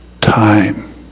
time